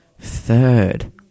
third